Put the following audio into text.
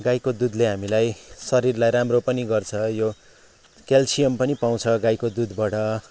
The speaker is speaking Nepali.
गाईको दुधले हामीलाई शरीरलाई राम्रो पनि गर्छ यो क्याल्सियम पनि पाउँछ गाईको दुधबाट